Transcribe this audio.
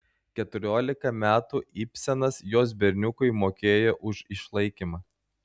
keturiolika metų ibsenas jos berniukui mokėjo už išlaikymą